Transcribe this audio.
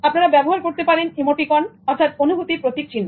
আপনারা ব্যবহার করতে পারেন ইমোটিকন অর্থাৎ অনুভূতির প্রতীক চিহ্ন